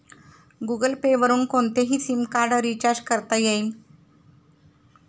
Google Pay वरुन कोणतेही SIM card recharge करता येईल